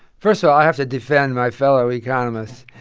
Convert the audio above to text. first of all, i have to defend my fellow economists.